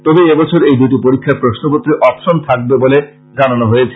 তবে এবছর এই দুটি পরীক্ষার প্রশ্নপত্রে অপশন থাকবে বলে মন্ত্রক জানিয়েছে